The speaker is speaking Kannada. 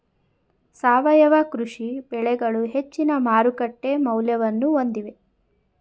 ಸಾವಯವ ಕೃಷಿ ಬೆಳೆಗಳು ಹೆಚ್ಚಿನ ಮಾರುಕಟ್ಟೆ ಮೌಲ್ಯವನ್ನು ಹೊಂದಿವೆ